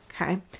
Okay